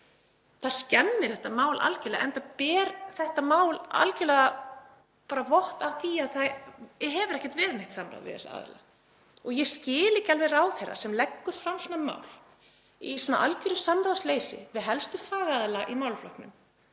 Það skemmir þetta mál algerlega, enda ber þetta mál algerlega merki um að það hefur ekkert verið haft neitt samráð við þessa aðila. Ég skil ekki alveg ráðherra sem leggur fram svona mál í algeru samráðsleysi við helstu fagaðila í málaflokknum,